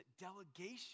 delegation